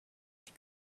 like